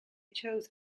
chose